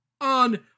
on